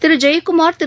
திரு Jayakumar திரு